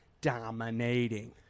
dominating